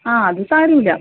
ആ അത് സാരമില്ല